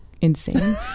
insane